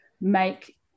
make